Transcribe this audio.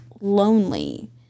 lonely